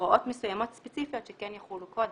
הוראות מסוימות ספציפיות שכן יחולו קודם.